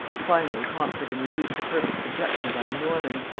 finally conquered and reduced to perfect subjection by the normans,